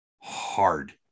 hard